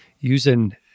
using